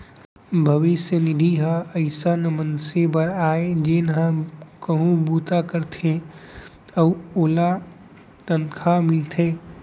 भविस्य निधि ह अइसन मनसे बर आय जेन ह कहूँ बूता करथे अउ ओला तनखा मिलथे